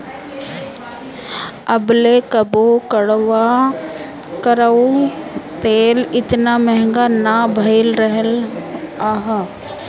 अबले कबो कड़ुआ तेल एतना महंग ना भईल रहल हअ